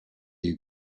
you